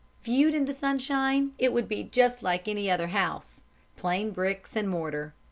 viewed in the sunshine, it would be just like any other house plain bricks and mortar.